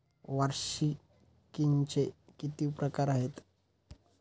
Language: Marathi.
वार्षिकींचे किती प्रकार आहेत?